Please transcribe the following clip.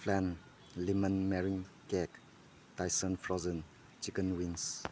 flank lemon marine cake tyson frozen chicken wings